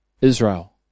Israel